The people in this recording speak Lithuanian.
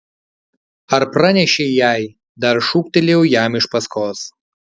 ar pranešei jai dar šūktelėjau jam iš paskos